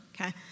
Okay